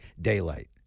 daylight